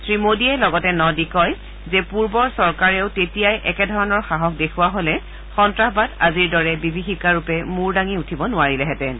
শ্ৰীমোডীয়ে লগতে ন দি কয় যে পূৰ্বৰ চৰকাৰেও তেতিয়াই একেধৰণৰ সাহস দেখুওৱা হ'লে সন্তাসবাদ আজিৰ দৰে বিভীষিকাৰূপে মূৰ দাঙি উঠিব নোৱাৰিলেহেঁতেন